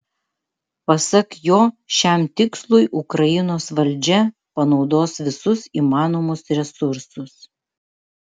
pasak jo šiam tikslui ukrainos valdžia panaudos visus įmanomus resursus